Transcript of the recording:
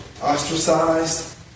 ostracized